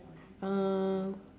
uh